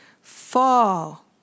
fall